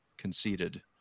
conceded